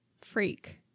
Freak